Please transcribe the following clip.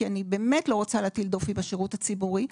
כי אני באמת לא רוצה להטיל דופי בשירות הציבורי,